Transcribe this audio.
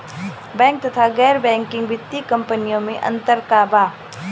Bank तथा गैर banking वित्तीय कम्पनीयो मे अन्तर का बा?